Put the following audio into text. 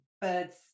birds